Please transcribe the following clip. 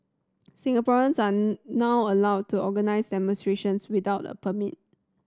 Singaporeans are now allowed to organise demonstrations without a permit